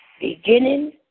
beginning